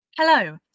Hello